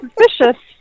suspicious